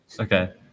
okay